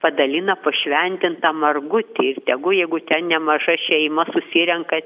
padalina po šventintą margutį ir tegu jeigu ten nemaža šeima susirenka